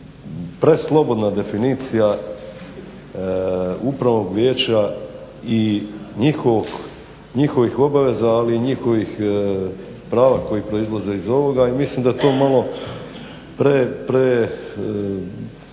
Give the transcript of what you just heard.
preslobodna definicija upravnog vijeća i njihovih obaveza ali i njihovih prava koji proizlaze iz ovoga i mislim da to malo